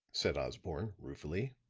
said osborne, ruefully,